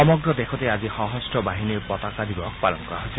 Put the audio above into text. সমগ্ৰ দেশতে আজি সশস্ত্ৰ বাহিনীৰ পতাকা দিৱস পালন কৰা হৈছে